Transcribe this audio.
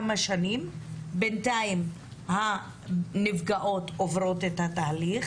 בינתיים הנפגעות עוברות את התהליך